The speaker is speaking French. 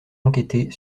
enquêter